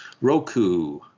Roku